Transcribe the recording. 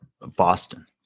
Boston